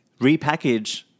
Repackage